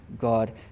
God